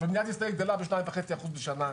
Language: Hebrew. אבל מדינת ישראל גדלה ב-2.5% בשנה.